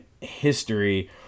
history